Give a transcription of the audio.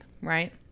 right